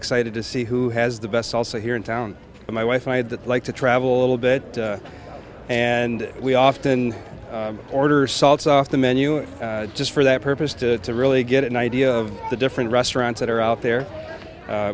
excited to see who has the best also here in town my wife and i had that like to travel a little bit and we often order salt off the menu just for that purpose to really get an idea of the different restaurants that are out there